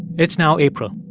it's now april,